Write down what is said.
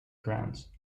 grounds